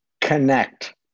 connect